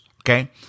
Okay